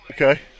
Okay